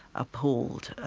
appalled,